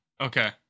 Okay